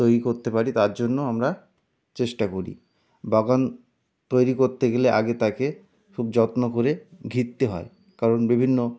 তৈরি করতে পারি তার জন্য আমরা চেষ্টা করি বাগান তৈরি করতে গেলে আগে তাকে খুব যত্ন করে ঘিরতে হয় কারণ বিভিন্ন